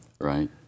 Right